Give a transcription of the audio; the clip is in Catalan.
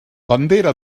bandera